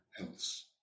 else